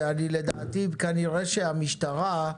כנראה שהמשטרה,